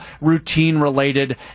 routine-related